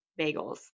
bagels